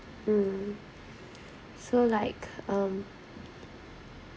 mm so like um